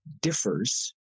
differs